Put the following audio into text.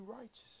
righteous